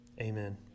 amen